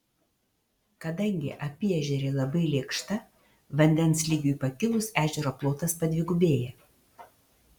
kadangi apyežerė labai lėkšta vandens lygiui pakilus ežero plotas padvigubėja